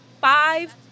five